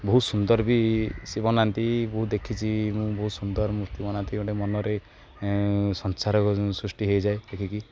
ବହୁତ ସୁନ୍ଦର ବି ସେ ବନାନ୍ତି ମୁଁ ଦେଖିଛି ମୁଁ ବହୁତ ସୁନ୍ଦର ମୂର୍ତ୍ତି ବନାନ୍ତି ଗୋଟେ ମନରେ ସଞ୍ଚାର ସୃଷ୍ଟି ହେଇଯାଏ ଦେଖିକି